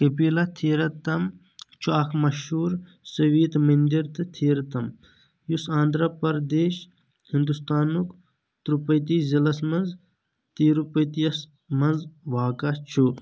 کپیلا تھیرتم چھُ اکھ مشہوٗر سٔویت مٔنٛدِر تہٕ تھیرتھم، یُس آندھرا پردیش، ہندوستانُک ترٛوپٔتی ضلعَس منٛز تروپتیَس منٛز واقعہ چھُ